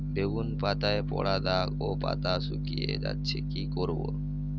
বেগুন পাতায় পড়া দাগ ও পাতা শুকিয়ে যাচ্ছে কি করব?